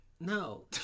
No